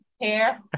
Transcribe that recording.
hair